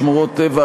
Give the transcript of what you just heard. שמורות טבע,